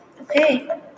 okay